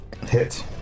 Hit